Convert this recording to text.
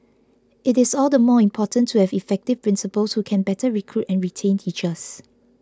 it is all the more important to have effective principals who can better recruit and retain teachers